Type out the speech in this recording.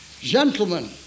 Gentlemen